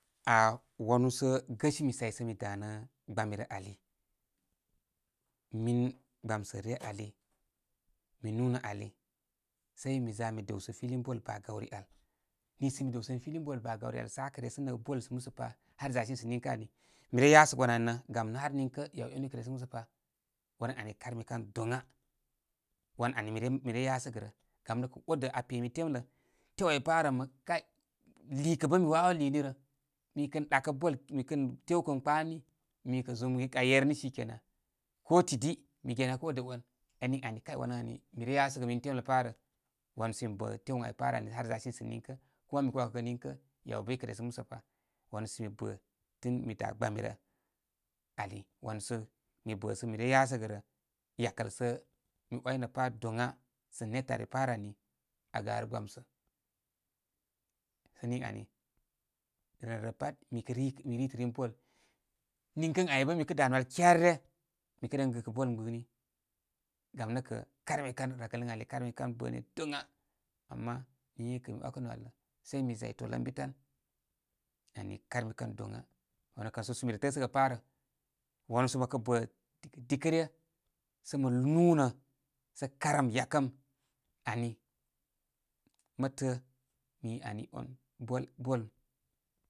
Aa wani sə gəsimi sai sə' mi danə gbami rə ali, min gbamsə rə ryə ali, mi nubarnə ali, sai mi za mi dəwsə filin ball bagauri al. Nisə mi dəwsənə filin ball bagaari al sə aa kə resənəgə ban sə musə pa har zasini sə' niŋkə' al. Mi re yasəgə wan ani rə. Gam nə' ha niŋkə, yaw e' nu i kə resənə gə musə pa. wanən ani karmikan doŋa. Wan ani mi re yasəgə rə. Gam nə' kə' odə aa pe mi temlə. Tew ai parə mə kay liikə' bə' mi wawo liini rə. Mi kə doakə ball mikən tew kən kpanə ni, mi kə'zum aa yer ni shi kena ko di, mi ge aa kə odə on. ən niŋ ani kay wanə ani mi re yasəgə mi temte pā rə. wan sə mi bə' tew ən ai parə ani har zasini sə' niŋkə'. Kuma mi kə 'wakəgə niŋkə, yaw bə' ikə resənəgə musə pa wanu sə mi bə' tun mi da gbami rə ani wan sə mi bə' sə mi re yasə gərə. Yakəlsə' mi 'wanə pa doŋa sə' netə' ari pā rə ani aa garə gbamsə. ən niŋ ani, rəl nə rəl pa mi kə ri mi ritərin ball. Ninkə' ən ai bə mi kə dā nwal kyarere, mikə ren gipluskə' ball gbiplusni gam nə' kə kasmi kan yakəl ən ali karmi kan bə'ni doŋa. Ama niŋkə' kə' mi 'wakə nwal lə. Sai mizay tol ən bi tan. Ani karmi kan doŋa, wanu sə məkə bə' dikə ryə sə mə nunə sə karəm yakəm ani mə təə. Ni ani on ball ball.